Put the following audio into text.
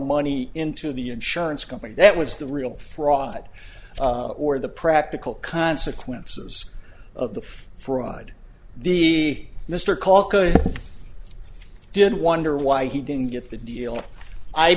money into the insurance company that was the real fraud or the practical consequences of the fraud the mr call did wonder why he didn't get the deal i